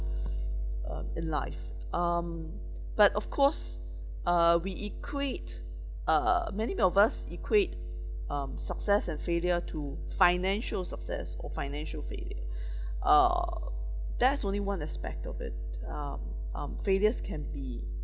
uh in life um but of course uh we equate uh many of us equate um success and failure to financial success or financial failure uh that's only one aspect of it um um failures can be